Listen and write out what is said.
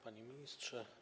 Panie Ministrze!